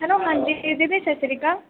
hello ਹਾਂਜੀ ਦੀਦੀ ਸਤਿ ਸ਼੍ਰੀ ਅਕਾਲ